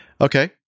Okay